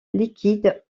liquide